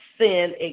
sin